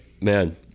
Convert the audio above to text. Man